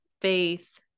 faith